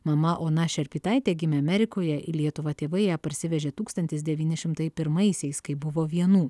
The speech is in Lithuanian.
mama ona šerpytaitė gimė amerikoje į lietuvą tėvai ją parsivežė tūkstantis devyni šimtai pirmaisiais kai buvo vienų